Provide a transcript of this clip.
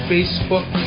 Facebook